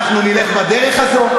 אנחנו נלך בדרך הזאת,